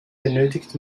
benötigt